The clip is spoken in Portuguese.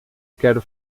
quero